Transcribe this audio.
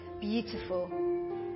beautiful